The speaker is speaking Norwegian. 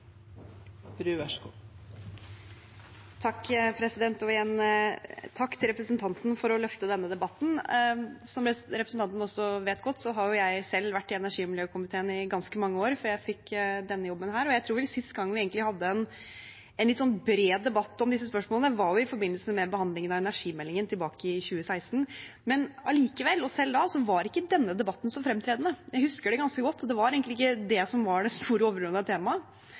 Igjen takk til representanten for å løfte denne debatten. Som representanten også vet godt, har jeg selv vært i energi- og miljøkomiteen i ganske mange år før jeg fikk denne jobben. Jeg tror sist gang vi egentlig hadde en bred debatt om disse spørsmålene, var i forbindelse med behandlingen av energimeldingen tilbake i 2016. Men likevel – og selv da – var ikke denne debatten så fremtredende. Jeg husker det ganske godt, og det var egentlig ikke det som var det store overordnede temaet.